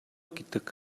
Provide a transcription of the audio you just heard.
гэдэг